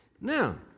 Now